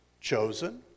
Chosen